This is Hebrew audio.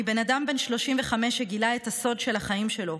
/ אני בן אדם בן 35 שגילה את הסוד של החיים שלו.